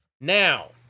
Now